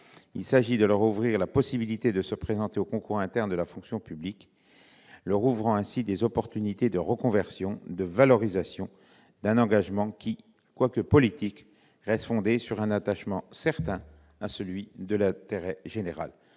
Il s'agit de leur ouvrir la possibilité de se présenter aux concours internes de la fonction publique, en leur donnant ainsi l'opportunité de reconversion et de valorisation d'un engagement qui, quoique politique, reste fondé sur un attachement certain à l'intérêt général.